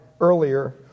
earlier